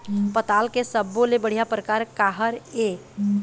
पताल के सब्बो ले बढ़िया परकार काहर ए?